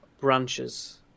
branches